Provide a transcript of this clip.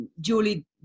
Julie